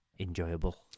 enjoyable